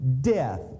Death